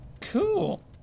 cool